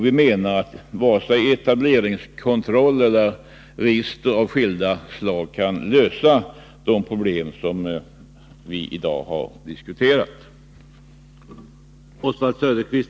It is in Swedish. Vi menar att varken etableringskontroll eller register av skilda slag kan lösa de problem som vi i dag har diskuterat.